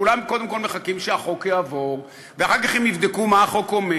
כולם קודם כול מחכים שהחוק יעבור ואחר כך הם יבדקו מה החוק אומר.